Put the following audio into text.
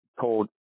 told